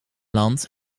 land